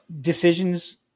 Decisions